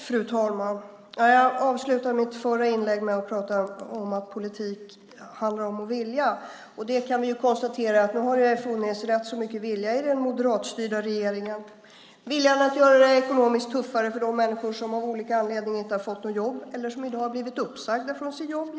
Fru talman! Jag avslutade mitt förra inlägg med att tala om att politik handlar om att vilja. Vi kan konstatera att det har funnits rätt så mycket vilja i den moderatstyrda regeringen. Det handlar om viljan att genom en sämre och dyrare a-kassa göra det ekonomiskt tuffare för de människor som av olika anledningar inte har fått något jobb eller som i dag har blivit uppsagda från sitt jobb.